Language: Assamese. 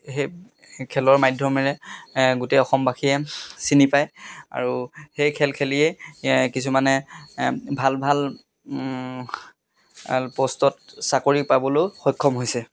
সেই খেলৰ মাধ্যমেৰে গোটেই অসমবাসীয়ে চিনি পায় আৰু সেই খেল খেলিয়ে কিছুমানে ভাল ভাল পষ্টত চাকৰি পাবলৈও সক্ষম হৈছে